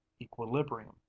equilibrium